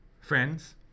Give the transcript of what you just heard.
friends